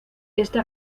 esta